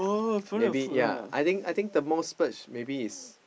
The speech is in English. maybe ya I think I think the most splurge maybe is